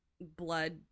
blood